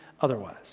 otherwise